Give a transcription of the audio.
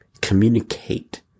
communicate